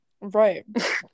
Right